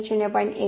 1 0